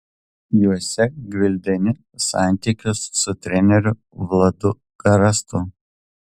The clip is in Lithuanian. juose gvildeni santykius su treneriu vladu garastu